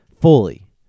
fully